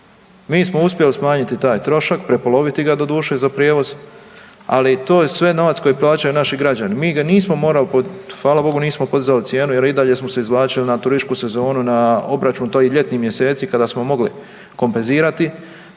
Mi smo uspjeli smanjiti taj trošak, prepoloviti ga, doduše, za prijevoz, ali to je sve novac koji plaćaju naši građani. Mi ga nismo morali, hvala Bogu, nismo podizali cijenu jer i dalje smo se izvlačili na turističku sezonu, na obračun, to i ljetnih mjeseci, kada smo mogli kompenzirati,